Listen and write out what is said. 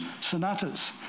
sonatas